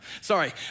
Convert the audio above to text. sorry